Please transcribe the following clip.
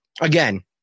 Again